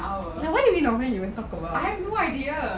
and what do we normally even talk about